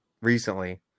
recently